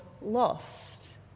lost